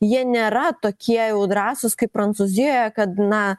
jie nėra tokie jau drąsūs kaip prancūzijoje kad na